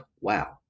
Wow